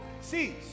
see